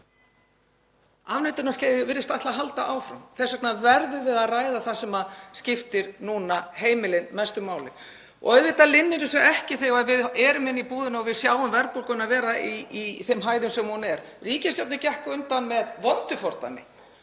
Afneitunin virðist ætla að halda áfram. Þess vegna verðum við að ræða það sem skiptir heimilin mestu máli núna. Og auðvitað linnir þessu ekki þegar við erum inni í búðinni og við sjáum verðbólguna í þeim hæðum sem hún er. Ríkisstjórnin gekk á undan með vondu fordæmi